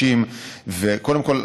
על 60%. קודם כול,